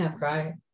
right